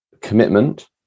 commitment